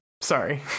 Sorry